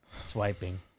swiping